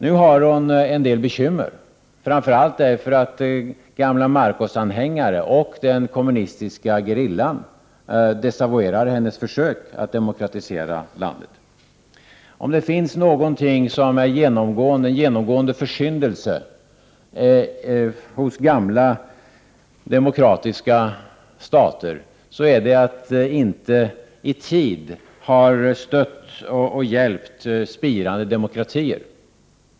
Nu har hon en del bekymmer, framför allt därför att gamla Marcosanhängare och den kommunistiska gerillan desavouerar hennes försök att demokratisera landet. Om det finns någon genomgående försyndelse hos gamla demokratiska stater är det att inte i tid ha stöttat och hjälpt spirande demokratier.